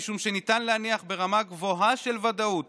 משום שניתן להניח ברמה גבוהה של ודאות